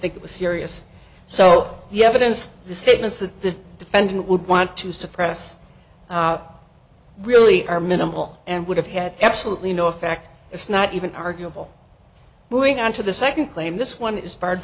think it was serious so you have against the statements that the defendant would want to suppress really are minimal and would have had absolutely no effect it's not even arguable moving on to the second claim this one is bar